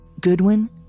Goodwin